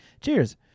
Cheers